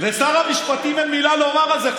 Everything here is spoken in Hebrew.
לשר המשפטים אין מילה לומר על זה,